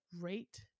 rate